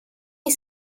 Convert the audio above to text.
his